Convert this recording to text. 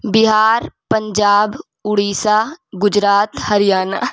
Bihar Punjab Orissa Gujarat Haryana